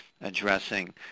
addressing